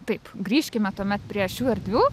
taip grįžkime tuomet prie šių erdvių